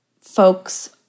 folks